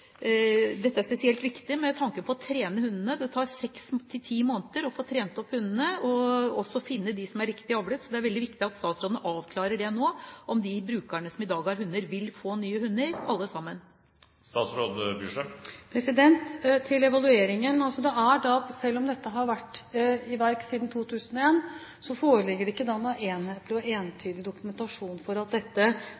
Dette er spesielt viktig med tanke på å trene opp hundene. Det tar seks–ti måneder å få trent opp hundene og også finne de som er riktig avlet. Det er veldig viktig at statsråden nå avklarer om de brukerne som i dag har hund, vil få ny hund – alle sammen. Til evalueringen: Selv om dette har vært i verk siden 2001, foreligger det ikke noen enhetlig og entydig dokumentasjon på at dette tilfredsstiller det grunnleggende utgangspunktet i folketrygdloven for at man skal gjøre dette til